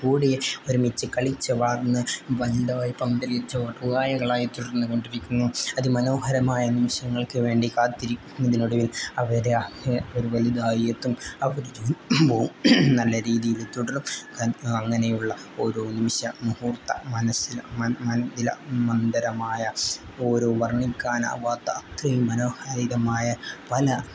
കൂടി ഒരുമിച്ച് കളിച്ച് വളർന്ന് വലുതായി പന്തലിച്ച് ഒടുവായകളായി തീർന്ന് കൊണ്ടിരിക്കുന്നു അതിമനോഹരമായ നിമിഷങ്ങൾക്ക് വേണ്ടി കാത്തിരിക്കുന്നതിനൊടവിൽ അവരെ ഒരു വലുതായി എത്തും അവർ പോവും നല്ല രീതിയിൽ തുടരും അങ്ങനെയുള്ള ഓരോ നിമിഷ മുഹൂർത്ത മനസ്സിൽ മന്ദരമായ ഓരോ വർണ്ണിക്കാനവാത്ത അത്രയും മനോഹാരിതമായ പല